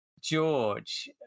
George